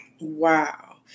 Wow